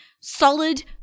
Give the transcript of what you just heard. solid